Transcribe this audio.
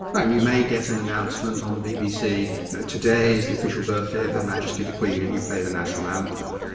and you may get an announcement on the bbc today is the official birthday of her majesty the queen and you play the national anthem,